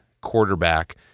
quarterback